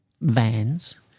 vans